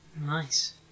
Nice